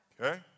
Okay